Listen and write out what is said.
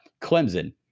Clemson